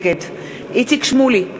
נגד איציק שמולי,